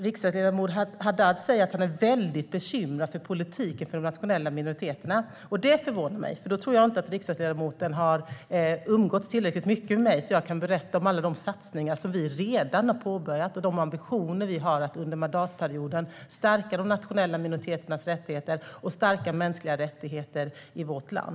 Riksdagsledamot Haddad sa att han är väldigt bekymrad över politiken för de nationella minoriteterna. Det förvånar mig. Då tror jag inte att riksdagsledamoten har umgåtts tillräckligt mycket med mig så att jag har kunnat berätta om alla satsningar som vi redan har påbörjat och de ambitioner vi har att under mandatperioden stärka de nationella minoriteternas rättigheter och de mänskliga rättigheterna i vårt land.